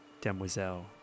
demoiselle